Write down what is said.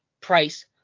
price